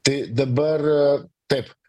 tai dabar taip